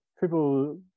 people